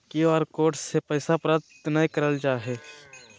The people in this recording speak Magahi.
क्यू आर कोड से पैसा प्राप्त नयय करल जा हइ